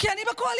כי אני בקואליציה.